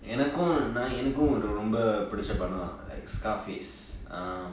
எனக்கும் நா எனக்கும் ஒறு ரொம்ப பிடுச்ச படம்:enakuum naa enakkum oru romba piducha padam like scar face